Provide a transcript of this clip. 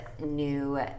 new